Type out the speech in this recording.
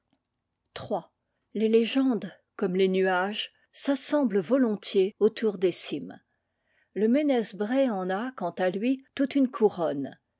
les légendes comme les nuages s'assemblent volontiers autour des cimes le ménez bré en a quant à lui toute une couronne